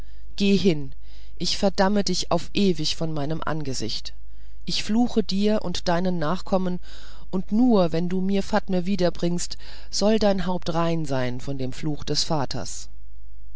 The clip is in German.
geh hin ich verbanne dich auf ewig von meinem angesicht ich fluche dir und deinen nachkommen und nur wenn du mir fatme wiederbringst soll dein haupt rein sein von dem fluche des vaters